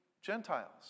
gentiles